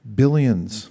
billions